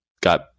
got